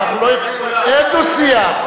זה אופייני ליושב-ראש ועדת החוקה,